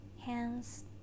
hands